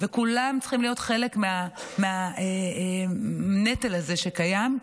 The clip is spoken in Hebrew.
וכולם צריכים להיות חלק מהנטל הזה שקיים,